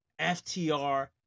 FTR